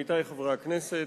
עמיתי חברי הכנסת,